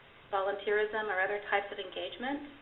volunteerism, or other types of engagements,